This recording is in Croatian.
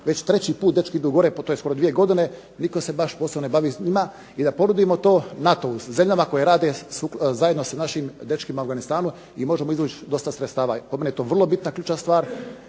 Već treći put dečki idu gore po, to je skoro dvije godine, nitko se baš posebno ne bavi njima, i da ponudimo to NATO-u, zemljama koje rade zajedno sa našim dečkima u Afganistanu i možemo izvući dosta sredstava. Po meni je to vrlo bitna, ključna stvar.